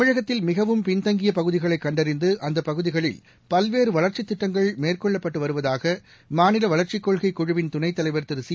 தமிழகத்தில் மிகவும் பின்தங்கிய பகுதிகளைக் கண்டறிந்து அந்தப் பகுதிகளில் பல்வேறு வளர்ச்சித் திட்டங்கள் மேற்கொள்ளப்பட்டு வருவதாக மாநில வளர்ச்சிக் கொள்கை குழுவின் துணைத் தலைவர் திரு சி